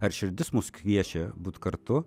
ar širdis mus kviečia būt kartu